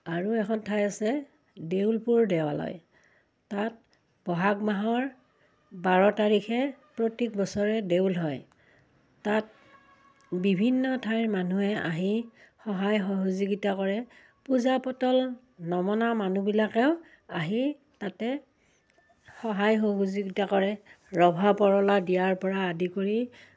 আৰু এখন ঠাই আছে দেউলপুৰ দেৱালয় তাত বহাগ মাহৰ বাৰ তাৰিখে প্ৰত্যেক বছৰে দেউল হয় তাত বিভিন্ন ঠাইৰ মানুহে আহি সহায় সহযোগিতা কৰে পূজা পাতল নমনা মানুহবিলাকেও আহি তাতে সহায় সহযোগিতা কৰে ৰভা পৰলা দিয়াৰ পৰা আদি কৰি